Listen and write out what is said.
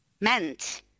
meant